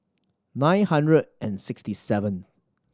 nine hundred and sixty seven